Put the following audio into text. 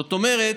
זאת אומרת,